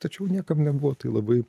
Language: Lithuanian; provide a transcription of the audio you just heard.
tačiau niekam nebuvo tai labai